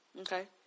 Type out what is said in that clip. Okay